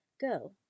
Go